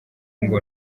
ngo